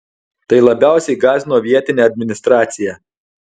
tai labiausiai gąsdino vietinę administraciją